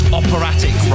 operatic